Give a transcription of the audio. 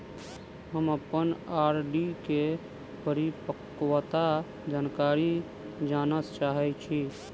हम अप्पन आर.डी केँ परिपक्वता जानकारी जानऽ चाहै छी